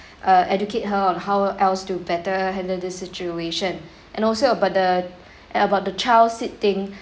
uh educate her on how else to better handle the situation and also about the about the child seat thing